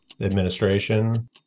administration